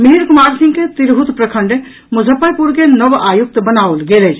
मिहिर कुमार सिंह के तिरहुत प्रखंड मुजफ्फपुर के नव आयुक्त बनाओल गेल अछि